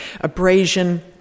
abrasion